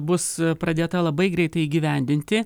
bus pradėta labai greitai įgyvendinti